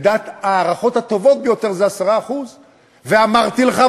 לפי ההערכות הטובות ביותר זה 10%. ואמרתי לך,